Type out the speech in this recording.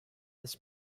this